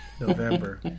November